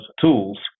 tools